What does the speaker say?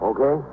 Okay